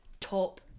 top